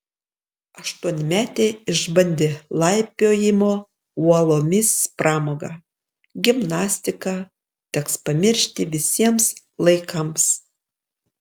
aštuonmetė išbandė laipiojimo uolomis pramogą gimnastiką teks pamiršti visiems laikams